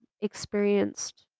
experienced